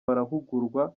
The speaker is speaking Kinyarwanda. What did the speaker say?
barahugurwa